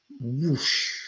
whoosh